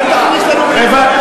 אל תכניס לנו מילים לפה.